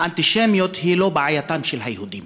האנטישמיות היא לא בעייתם של היהודים,